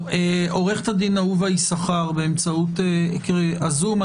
עורכת הדין אהובה יששכר, באמצעות זום.